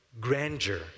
grandeur